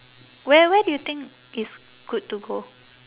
where where do you think is good to go